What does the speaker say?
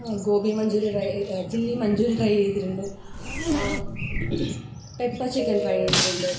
gobi Manchurian റൈ chilli Manchurian try ചെയ്തിട്ടുണ്ട് pepper chicken try ചെയ്തിട്ടുണ്ട്